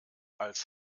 als